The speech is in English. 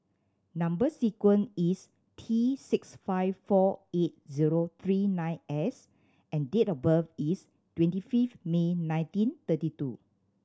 number sequence is T six five four eight zero three nine S and date of birth is twenty fifth May nineteen thirty two